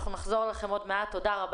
אנחנו נחזור אליכם בהמשך.